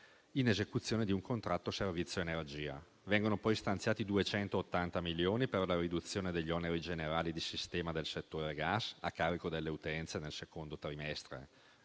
in esecuzione di un contratto servizio energia. Vengono poi stanziati 280 milioni per la riduzione degli oneri generali di sistema del settore gas a carico delle utenze nel secondo trimestre